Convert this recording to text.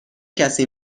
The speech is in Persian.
کسی